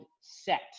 set